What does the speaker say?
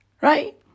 right